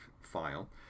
file